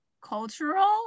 cultural